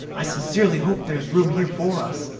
i sincerely hope there's room here for us.